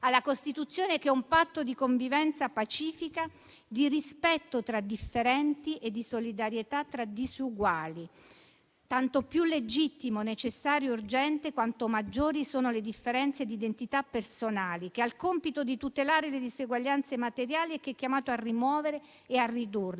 alla Costituzione, che è un patto di convivenza pacifica, di rispetto tra differenti e di solidarietà tra disuguali; un patto tanto più legittimo, necessario e urgente quanto maggiori sono le differenze di identità personali, che ha il compito di tutelare le diseguaglianze materiali e che è chiamato a rimuovere e a ridurle.